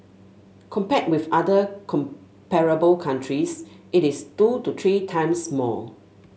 compared with other comparable countries it is two to three times more